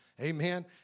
Amen